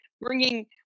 Bringing